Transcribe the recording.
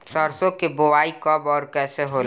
सरसो के बोआई कब और कैसे होला?